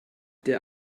der